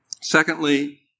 Secondly